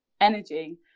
energy